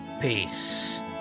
Peace